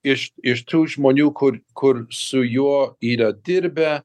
iš iš tų žmonių kur kur su juo yra dirbę